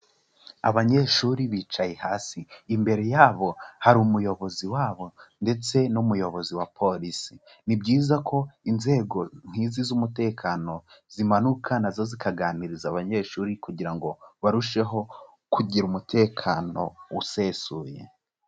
Abanyeshuri bicaye hasi imbere yabo hari umuyobozi wabo ndetse n'umuyobozi wa polisi, ni byiza ko inzego nk'izi z'umutekano zimanuka na zo zikaganiriza abanyeshuri kugira ngo barusheho kugira umutekano usesuye.